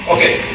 Okay